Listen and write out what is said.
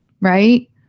right